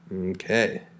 Okay